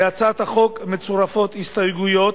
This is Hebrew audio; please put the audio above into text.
להצעת החוק מצורפות הסתייגויות.